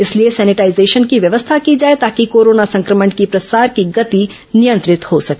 इसलिए सेनेटाइजेशन की व्यवस्था की जाए ताकि कोरोना संक्रमण की प्रसार की गति नियंत्रित हो सके